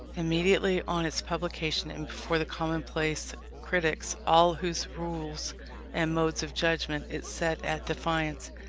immediately on its publication, and before the commonplace critics, all whose rules and modes of judgment it set at defiance,